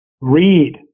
Read